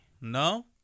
No